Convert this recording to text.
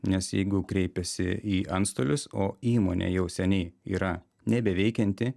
nes jeigu kreipėsi į antstolius o įmonė jau seniai yra nebeveikianti